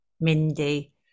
Mindy